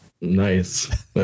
Nice